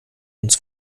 uns